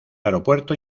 aeropuerto